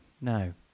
No